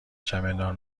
چمدان